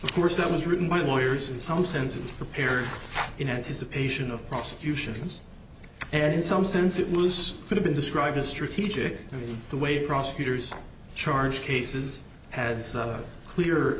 of course that was written by the lawyers in some sense of preparing in anticipation of prosecutions and in some sense it was going to be described as strategic the way prosecutors charge cases has a clear